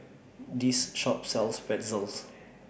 This Shop sells Pretzels